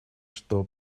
что